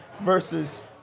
versus